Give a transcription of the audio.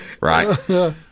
right